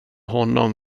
honom